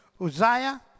Uzziah